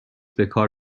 بکار